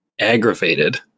aggravated